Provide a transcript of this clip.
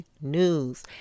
news